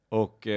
och